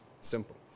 Simple